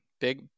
Big